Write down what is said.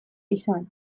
izan